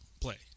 play